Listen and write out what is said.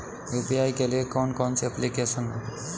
UPI के लिए कौन कौन सी एप्लिकेशन हैं?